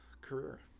career